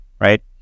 right